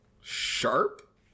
Sharp